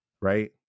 right